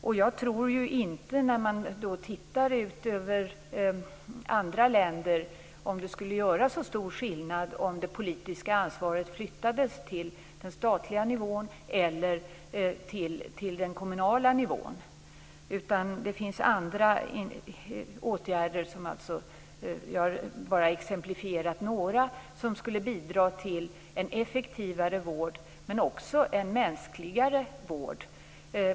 När man tittar på andra länder undrar man om det skulle göra så stor skillnad om det politiska ansvaret flyttades till den statliga nivån eller till den kommunala nivån. Jag tror inte det. Det finns andra åtgärder som skulle bidra till en effektivare vård - jag har exemplifierat med några - men också till en mänskligare vård.